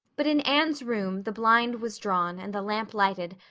but in anne's room the blind was drawn and the lamp lighted,